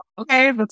Okay